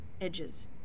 edges